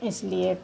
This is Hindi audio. इसलिए